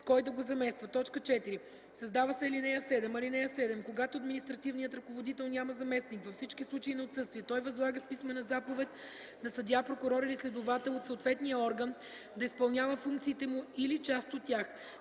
с „кой да го замества”. 4. Създава се ал. 7: „(7) Когато административният ръководител няма заместник, във всички случаи на отсъствие, той възлага с писмена заповед на съдия, прокурор или следовател от съответния орган да изпълнява функциите му или част от тях.